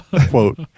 quote